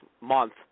month